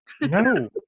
no